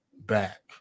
back